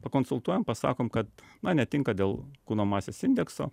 pakonsultuojam pasakom kad na netinka dėl kūno masės indekso